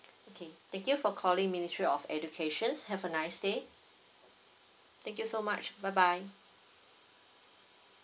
okay thank you for calling ministry of educations have a nice day thank you so much bye bye